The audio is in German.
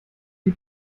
die